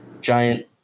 giant